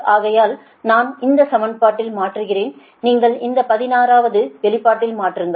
ஆகையால் நான் இந்த சமன்பாட்டில் மாற்றுகிறேன் நீங்கள் இந்த 16 வது வெளிப்பாட்டில் மாற்றுங்கள்